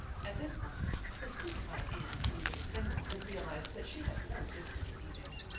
at this moment the stupefied anne came to her senses and realized that she had no business to be there.